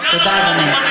תודה, אדוני.